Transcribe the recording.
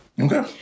Okay